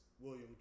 William